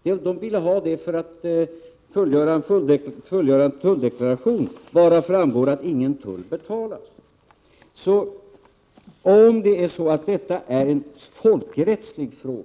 Speditionsfirman ville ha tulldeklarationsarvode för att upprätta en tulldeklaration, varav framgår att ingen tull betalats. Om detta är en folkrättslig fråga,